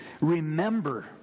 remember